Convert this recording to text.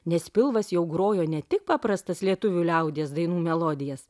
nes pilvas jau grojo ne tik paprastas lietuvių liaudies dainų melodijas